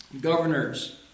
governors